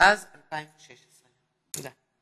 התשע"ז 2016. תודה.